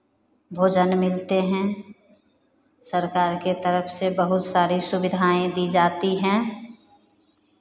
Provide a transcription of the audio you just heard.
भोजन मिलते हैं सरकार की तरफ से बहुत सारी सुविधाएँ दी जाती हैं